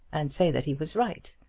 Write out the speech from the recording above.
and say that he was right.